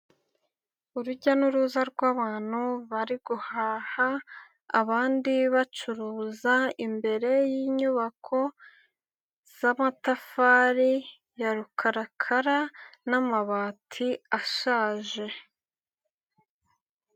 Urujya n'uruza rw'abantu bari guhaha abandi bacuruza imbere y'inyubako z'amatafari ya rukarakara n'amabati ashaje.